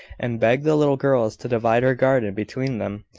and begged the little girls to divide her garden between them,